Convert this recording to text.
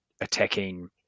attacking